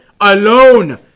alone